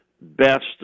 best